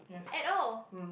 at all